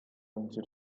into